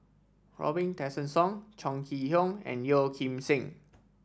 Robin Tessensohn Chong Kee Hiong and Yeo Kim Seng